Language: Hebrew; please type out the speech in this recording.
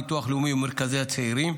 ביטוח לאומי ומרכזי הצעירים,